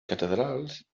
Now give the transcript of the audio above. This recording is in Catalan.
catedrals